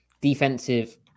defensive